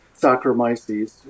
Saccharomyces